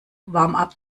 warmup